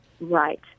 Right